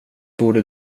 borde